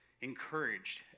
encouraged